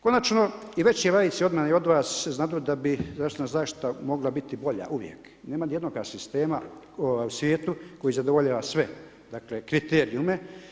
Konačno i veći laici i od mene i od vas znadu da bi zdravstvena zaštita mogla biti bolja, uvijek, nema ni jednog sistema u svijetu koji zadovoljava sve, dakle kriterijume.